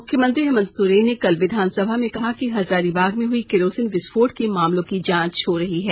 मुख्यमंत्री हेमन्त सोरेन ने कल विधानसभा में कहा कि हजारीबाग में हुई केरोसिन विस्फोट के मामलों की जांच हो रही है